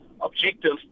objective